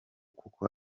kuko